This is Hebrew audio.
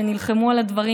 שנלחמו על הדברים,